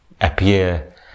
appear